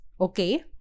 okay